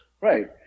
Right